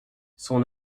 son